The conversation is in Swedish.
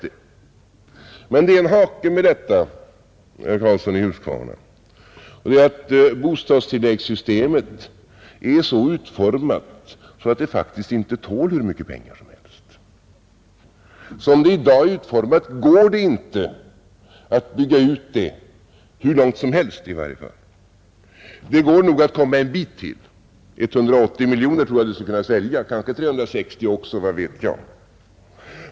Det är emellertid en hake med detta, herr Karlsson i Huskvarna, och det är att bostadstilläggssystemet är så utformat att det faktiskt inte tål hur mycket pengar som helst. Det går inte att bygga ut det hur långt som helst. Det är nog möjligt att komma en bit ytterligare — 180 miljoner kronor tror jag att det skulle kunna svälja, kanske 360 miljoner kronor också, vad vet jag.